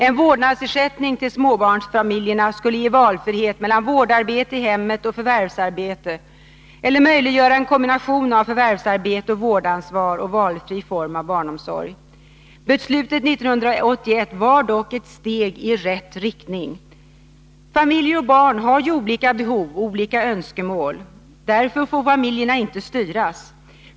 En vårdnadsersättning till småbarnsfamiljerna skulle ge valfrihet mellan vårdarbete i hemmet och förvärvsarbete eller möjliggöra en kombination av förvärvsarbete och vårdansvar och valfri form av barnomsorg. Beslutet 1981 var dock ett steg i rätt riktning. Familjer och barn har ju olika behov och olika önskemål. Därför får familjerna inte styras.